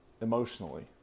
emotionally